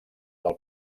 del